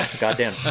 Goddamn